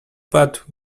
but